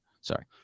Sorry